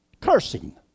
Cursing